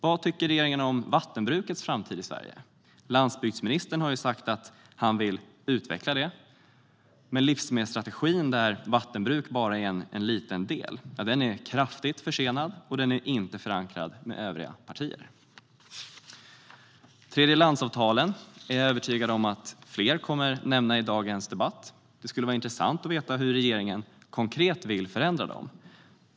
Vad tycker regeringen om vattenbrukets framtid i Sverige? Landsbygdsministern har sagt att han vill utveckla det, men livsmedelsstrategin, där vattenbruk bara är en liten del, är kraftigt försenad och inte förankrad hos övriga partier. Tredjelandsavtalen är jag övertygad om att fler kommer att nämna i dagens debatt. Det skulle vara intressant att veta hur regeringen konkret vill förändra dem.